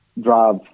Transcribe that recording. drive